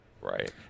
Right